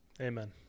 Amen